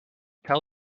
tell